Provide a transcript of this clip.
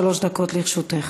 שלוש דקות לרשותך.